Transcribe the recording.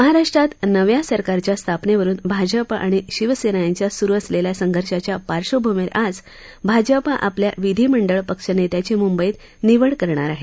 महाराष्ट्रात नव्या सरकारच्या स्थापनेवरुन भाजप आणि शिवसेना यांच्यात सुरु असलेल्या संघर्षाच्या पार्डभूमीवर आज भाजपा आपल्या विधिमंडळ पक्षनेत्याची मुंबईत निवड करणार आहे